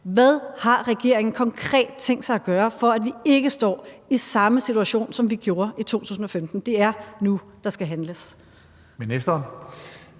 Hvad har regeringen konkret tænkt sig at gøre, for at vi ikke står i samme situation, som vi gjorde i 2015? Det er nu, der skal handles. Kl.